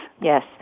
Yes